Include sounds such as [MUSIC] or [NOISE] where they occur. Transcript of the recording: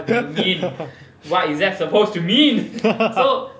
[LAUGHS]